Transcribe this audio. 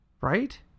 right